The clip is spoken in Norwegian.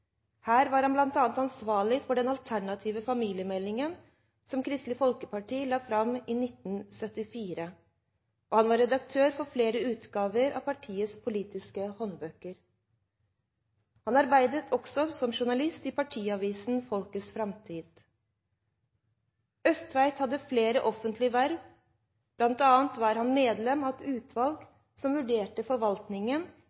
Her var han bl.a. ansvarlig for den alternative familiemeldingen som Kristelig Folkeparti la fram i 1974, og han var redaktør for flere utgaver av partiets politiske håndbøker. Han arbeidet også som journalist i partiavisen Folkets Framtid. Østtveit hadde flere offentlige verv. Blant annet var han medlem av